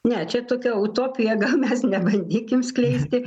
ne čia tokia utopija gal mes nebandykim skleisti